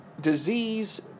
disease